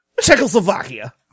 Czechoslovakia